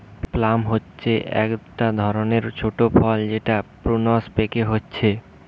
plum হচ্ছে একটা ধরণের ছোট ফল যেটা প্রুনস পেকে হচ্ছে